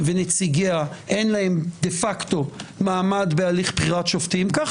ונציגיה אין להם דה פקטו מעמד בהליך בחירת שופטים כך